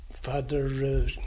Father